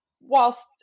whilst